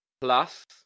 plus